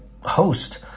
host